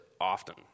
often